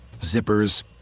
zippers